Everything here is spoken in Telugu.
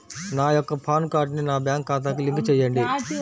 నా యొక్క పాన్ కార్డ్ని నా బ్యాంక్ ఖాతాకి లింక్ చెయ్యండి?